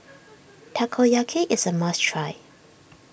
Takoyaki is a must try